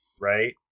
right